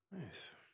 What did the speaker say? Nice